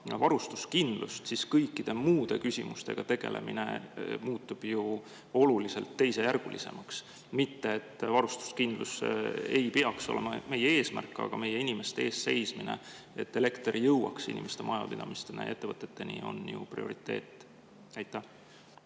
varustuskindlust, siis kõikide muude küsimustega tegelemine muutub olulisel määral teisejärgulisemaks. Mitte et varustuskindlus ei peaks olema meie eesmärk, aga meie inimeste eest seismine, et elekter jõuaks majapidamiste ja ettevõteteni, on ju prioriteet. Aitäh!